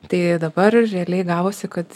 tai dabar realiai gavosi kad